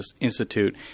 institute